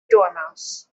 dormouse